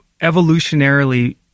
evolutionarily